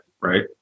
right